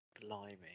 Blimey